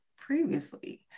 previously